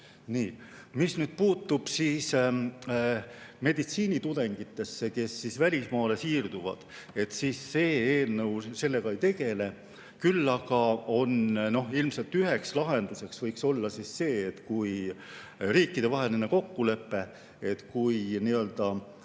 Mis puutub meditsiinitudengitesse, kes välismaale siirduvad, siis see eelnõu sellega ei tegele. Küll aga ilmselt üheks lahenduseks võiks olla see, kui oleks riikidevaheline kokkulepe, et kui ükspuha